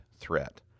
threat